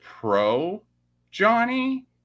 pro-Johnny